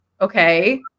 okay